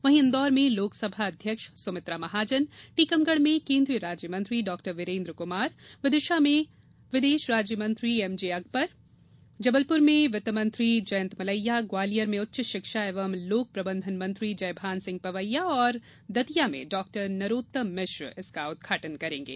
वहीं इंदौर में लोकसभा अध्यक्ष सुमित्रा महाजन टीकमगढ़ में केन्द्रीय मंत्री महिला एंव बाल विकास राज्यमंत्री डॉ वीरेंद्र क्मार विदिशा में विदेश राज्य मंत्री एम जे अकबर जबलपुर में वित्त मंत्री जयंत मलैया ग्वालियर में उच्च शिक्षा एंव लोक प्रबंधन मंत्री जयभान सिंह पवैया दतिया में डॉक्टर नरोत्तम मिश्र उद्घाटन करेंगे